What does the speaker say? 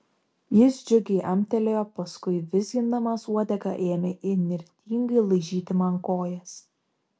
jis džiugiai amtelėjo paskui vizgindamas uodegą ėmė įnirtingai laižyti man kojas